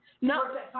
No